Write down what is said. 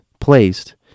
placed